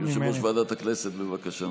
יושב-ראש ועדת הכנסת, בבקשה.